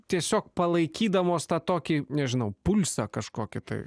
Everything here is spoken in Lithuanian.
tiesiog palaikydamos tą tokį nežinau pulsą kažkokį tai